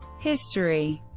history